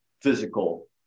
physical